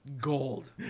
gold